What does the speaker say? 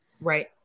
Right